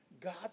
God